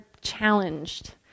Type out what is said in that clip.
challenged